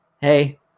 hey